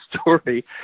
story